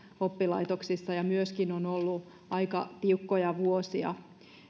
oppilaitoksissa myöskin siellä on ollut aika tiukkoja vuosia